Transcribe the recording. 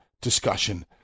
discussion